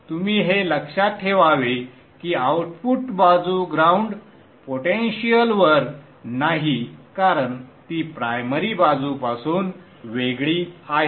तुम्ही हे लक्षात ठेवावे की आउटपुट बाजू ग्राउंड पोटेंशिअलवर नाही कारण ती प्रायमरी बाजूपासून वेगळी आहे